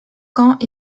quand